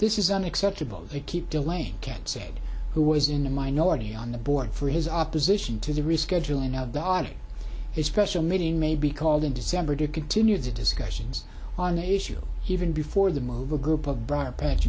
this is unacceptable they keep delaying can't say who was in a minority on the board for his opposition to the rescheduling of the arctic his special meeting may be called in december to continue the discussions on the issue even before the move a group of briarpatch